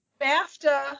BAFTA